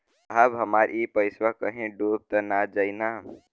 साहब हमार इ पइसवा कहि डूब त ना जाई न?